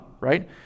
right